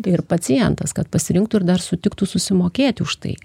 ir pacientas kad pasirinktų ir dar sutiktų susimokėti už tai